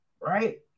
Right